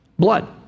Blood